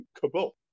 Kabul